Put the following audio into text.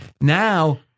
Now